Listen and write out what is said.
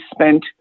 spent